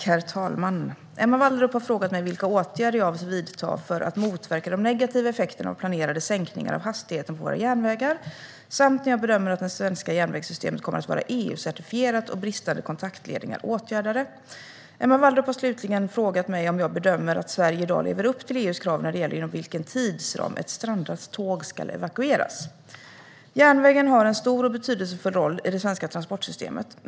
Herr talman! Emma Wallrup har frågat mig vilka åtgärder jag avser att vidta för att motverka de negativa effekterna av planerade sänkningar av hastigheten på våra järnvägar samt när jag bedömer att det svenska järnvägssystemet kommer att vara EU-certifierat och bristande kontaktledningar åtgärdade. Emma Wallrup har slutligen frågat mig om jag bedömer att Sverige i dag lever upp till EU:s krav när det gäller inom vilken tidsram ett strandat tåg ska evakueras. Järnvägen har en stor och betydelsefull roll i det svenska transportsystemet.